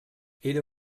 era